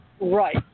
Right